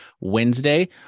wednesday